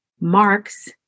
marks